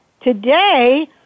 today